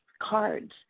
cards